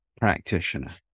practitioner